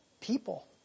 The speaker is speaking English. people